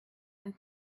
and